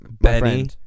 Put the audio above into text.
Benny